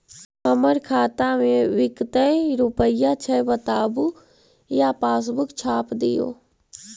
हमर खाता में विकतै रूपया छै बताबू या पासबुक छाप दियो?